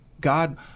God